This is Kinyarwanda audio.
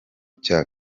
cya